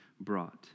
brought